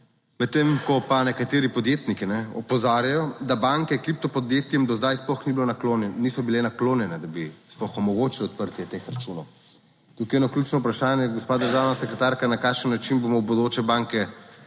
medtem ko pa nekateri podjetniki opozarjajo, da banke kripto podjetjem do zdaj sploh ni bilo naklonjeno, niso bile naklonjene, da bi sploh omogočili odprtje teh računov. Tukaj eno ključno vprašanje, gospa državna sekretarka, na kakšen način bomo v bodoče banke